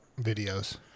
videos